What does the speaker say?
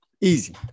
easy